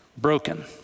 broken